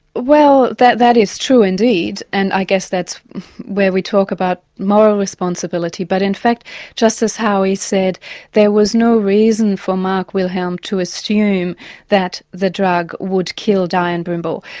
well that that is true indeed, and i guess that's where we talk about moral responsibility, but in fact justice howie said there was no reason for mark wilhelm to assume that the drug would kill dianne brimble.